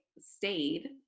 stayed